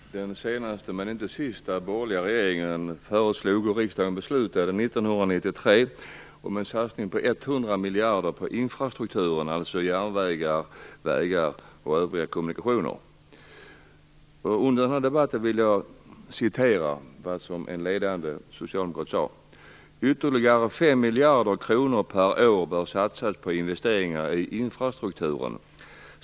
Herr talman! Den senaste, men inte sista, borgerliga regeringen föreslog och riksdagen beslutade 1993 om en satsning på 100 miljarder på infrastrukturen, dvs. järnvägar, vägar och övriga kommunikationer. Under den här debatten vill jag läsa upp vad en ledande socialdemokrat har sagt. Han sade: Ytterligare 5 miljarder kronor per år bör satsas på investeringar i infrastrukturen.